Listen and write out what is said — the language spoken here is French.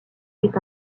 est